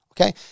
Okay